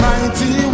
Mighty